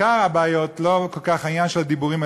הבעיות הן בעיקר לא כל כך בעניין של הדיבורים,